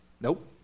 nope